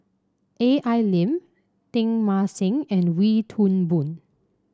Al Lim Teng Mah Seng and Wee Toon Boon